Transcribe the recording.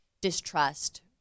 distrust